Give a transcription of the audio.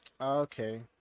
okay